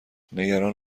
نگران